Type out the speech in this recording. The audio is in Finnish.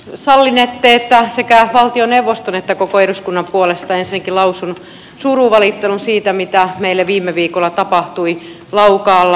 sallinette että sekä valtioneuvoston että koko eduskunnan puolesta ensinnäkin lausun surunvalittelun siitä mitä meillä viime viikolla tapahtui laukaalla